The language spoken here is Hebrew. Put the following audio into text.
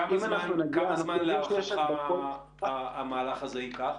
כמה זמן, להערכתך, המהלך הזה ייקח?